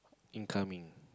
incoming